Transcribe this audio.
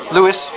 Lewis